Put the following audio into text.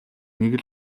нэг